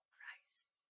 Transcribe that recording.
Christ